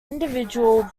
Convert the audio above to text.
individual